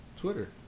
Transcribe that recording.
Twitter